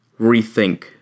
rethink